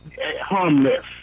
harmless